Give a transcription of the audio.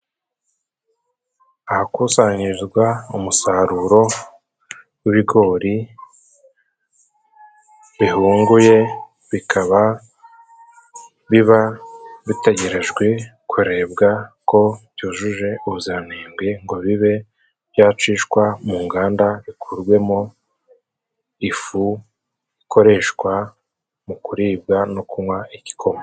Ahakusanyirizwa umusaruro gw'ibigori bihunguye, bikaba biba bitegerejwe kurebwa ko byujuje ubuziranenge, ngo bibe byacishwa mu nganda bikurwemo ifu ikoreshwa mu kuribwa no kunywa igikoma.